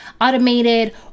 automated